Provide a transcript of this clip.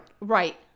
Right